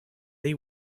they